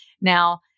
Now